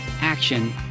action